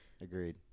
agreed